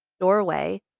doorway